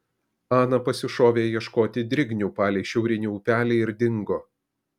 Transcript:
ana pasišovė ieškoti drignių palei šiaurinį upelį ir dingo